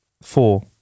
Four